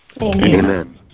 Amen